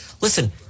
Listen